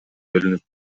бөлүнүп